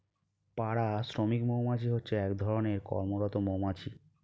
পাড়া শ্রমিক মৌমাছি হচ্ছে এক ধরণের কর্মরত মৌমাছি